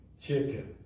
chicken